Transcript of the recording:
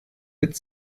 mit